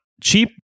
cheap